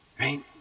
right